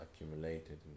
accumulated